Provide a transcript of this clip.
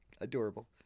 Adorable